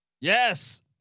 Yes